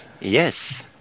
Yes